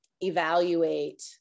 evaluate